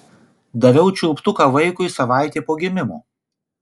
daviau čiulptuką vaikui savaitė po gimimo